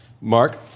Mark